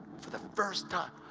for the first time.